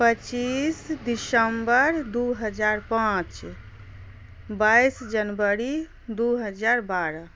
पचीस दिसम्बर दू हजार पाँच बाइस जनवरी दू हजार बारह